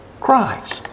Christ